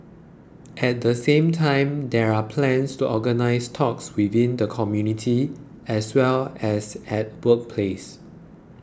at the same time there are plans to organise talks within the community as well as at workplace